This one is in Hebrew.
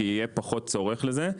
כי יהיה פחות צורך לזה,